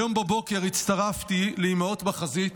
היום בבוקר הצטרפתי לאימהות בחזית